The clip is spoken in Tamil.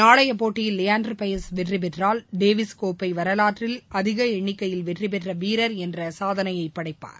நாளைய போட்டியில் லியாண்டர் பெயஸ் வெற்றிபெற்றால் டேவிஸ் கோப்பை வரலாற்றில் அதிக எண்ணிக்கையில் வெற்றிபெற்ற வீரர் என்ற சாதனையை படைப்பார்